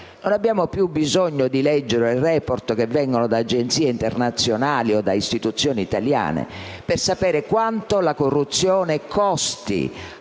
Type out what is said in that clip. Non abbiamo più bisogno di leggere *report* che vengono da agenzie internazionali o da istituzioni italiane per sapere quanto la corruzione costa